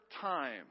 time